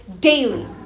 daily